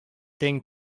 thing